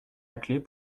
laclais